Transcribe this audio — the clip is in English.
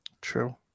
True